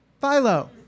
Philo